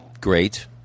great